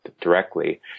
directly